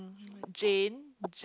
Jane j~